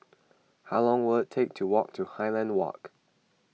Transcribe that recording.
how long will it take to walk to Highland Walk